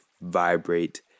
vibrate